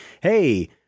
Hey